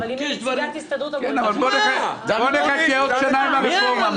אבל אם היא נציגת הסתדרות המורים --- בוא נחכה עוד שנה עם הרפורמה,